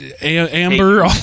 amber